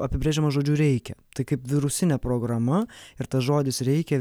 apibrėžiamas žodžiu reikia tai kaip virusinė programa ir tas žodis reikia